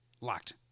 locked